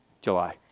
July